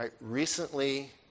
Recently